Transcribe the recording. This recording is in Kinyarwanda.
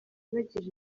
bagira